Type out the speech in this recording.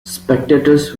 spectators